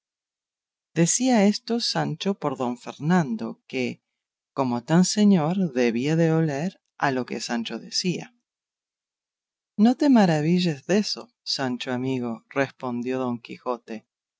decía esto sancho por don fernando que como tan señor debía de oler a lo que sancho decía no te maravilles deso sancho amigo respondió don quijote